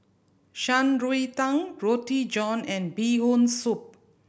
Shan Rui Tang Roti John and Bee Hoon Soup